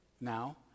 now